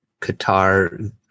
Qatar